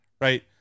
right